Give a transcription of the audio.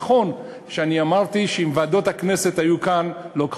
נכון שאמרתי שאם ועדות הכנסת היו לוקחות